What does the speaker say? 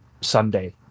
Sunday